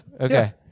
Okay